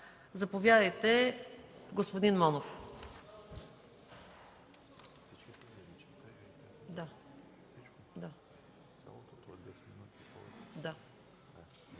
Заповядайте, господин Монов.